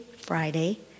Friday